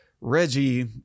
Reggie